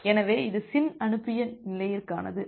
எனவே இது SYN அனுப்பிய நிலையிற்கானது